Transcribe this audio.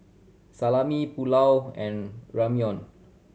Salami Pulao and Ramyeon